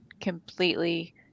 completely